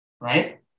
right